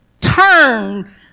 Turn